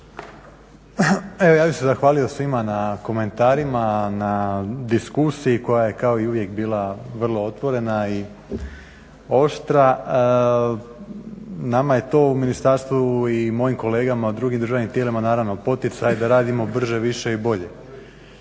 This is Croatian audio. Evo ja bih se zahvalio svima na komentarima, na diskusiji koja je kao i uvijek bila vrlo otvorena i oštra, nama je to u ministarstvu i mojim kolegama u drugim državnim tijelima naravno poticaj da radimo brže, više i bolje.